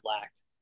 lacked